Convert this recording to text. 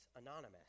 Anonymous